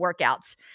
workouts